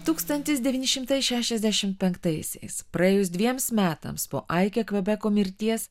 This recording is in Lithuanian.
tūkstantis devyni šimtai šešiasdešim penktaisiais praėjus dviems metams po aikė kvebeko mirties